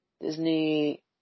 Disney